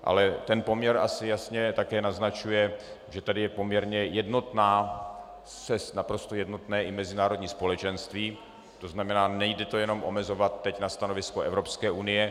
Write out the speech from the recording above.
Ale ten poměr asi jasně také naznačuje, že tady je naprosto jednotné mezinárodní společenství, tzn. nejde to jen omezovat teď na stanovisko Evropské unie.